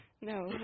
No